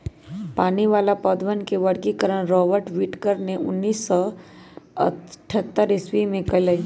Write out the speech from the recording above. पानी वाला पौधवन के वर्गीकरण रॉबर्ट विटकर ने उन्नीस सौ अथतर ईसवी में कइलय